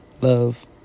love